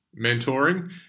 mentoring